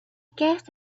guess